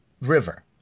river